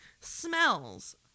smells